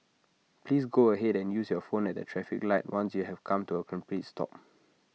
please go ahead and use your phone at the traffic light once you have come to A complete stop